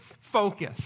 focus